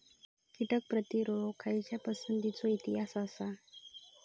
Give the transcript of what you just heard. कीटक प्रतिरोधक खयच्या पसंतीचो इतिहास आसा?